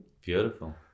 Beautiful